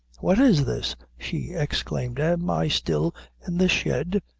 what is this? she exclaimed am i still in the shed?